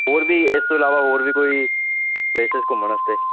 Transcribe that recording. ਹੋਰ ਵੀ ਇਸ ਤੋਂ ਇਲਾਵਾ ਹੋਰ ਵੀ ਕੋਈ ਪਲੇਸਿਸ ਘੁੰਮਣ ਵਾਸਤੇ